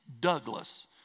Douglas